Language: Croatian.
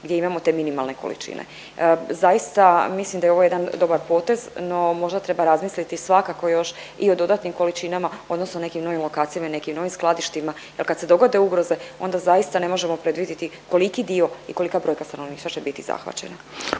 gdje imamo te minimalne količine. Zaista mislim da je ovo jedan dobar potez, no možda treba razmisliti svakako još i o dodatnim količinama odnosno nekim novim lokacijama i nekim novim skladištima jel kad se dogode ugroze onda zaista ne možemo predviditi koliki dio i kolika brojka stanovništva će biti zahvaćena.